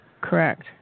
Correct